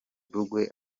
rugwe